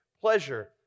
pleasure